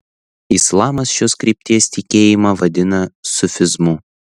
islamas šios krypties tikėjimą vadina sufizmu